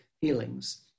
healings